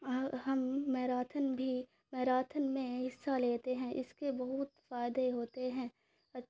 ہم میراتھن بھی میراتھن میں حصہ لیتے ہیں اس کے بہت فائدے ہوتے ہیں